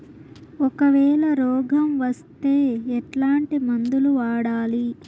ఒకవేల రోగం వస్తే ఎట్లాంటి మందులు వాడాలి?